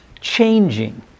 changing